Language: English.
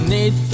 Need